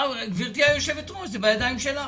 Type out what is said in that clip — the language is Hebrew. עכשיו, גברתי היושבת ראש, זה בידיים שלך.